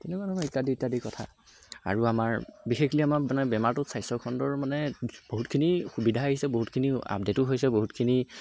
তেনেকুৱা ধৰণৰ ইত্যাদি ইত্যাদি কথা আৰু আমাৰ বিশেষলি আমাৰ বেমাৰটো স্বাস্থ্য খণ্ডৰ মানে বহুতখিনি সুবিধা আহিছে বহুতখিনি আপডেটো হৈছে বহুতখিনি